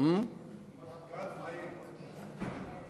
במעמד קבע.